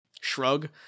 shrug